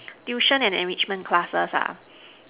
tuition and enrichment classes